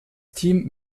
team